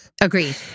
Agreed